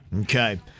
Okay